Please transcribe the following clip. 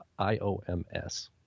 IOMS